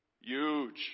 Huge